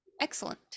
excellent